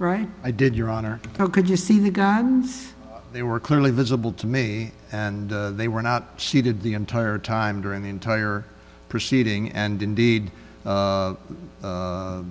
right i did your honor so could you see the guns they were clearly visible to me and they were not seated the entire time during the entire proceeding and indeed my